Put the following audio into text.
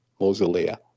mausolea